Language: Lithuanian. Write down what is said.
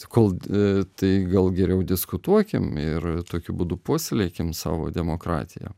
kol tai gal geriau diskutuokim ir tokiu būdu puoselėkim savo demokratiją